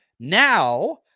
now